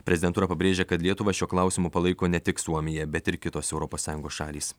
prezidentūra pabrėžė kad lietuvą šiuo klausimu palaiko ne tik suomija bet ir kitos europos sąjungos šalys